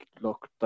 look